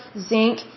zinc